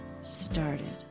started